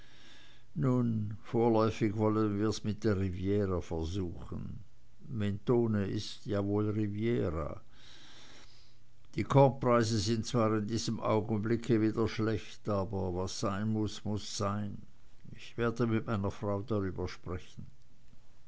nun vorläufig wollen wir's mit der riviera versuchen mentone ist ja wohl riviera die kornpreise sind zwar in diesem augenblicke wieder schlecht aber was sein muß muß sein ich werde mit meiner frau darüber sprechen